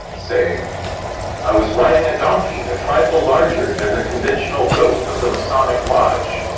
saying i was riding a donkey a trifle larger than the conventional goat of the masonic lodge,